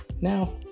Now